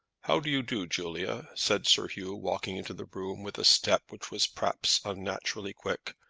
how do you do, julia? said sir hugh, walking into the room with a step which was perhaps unnaturally quick,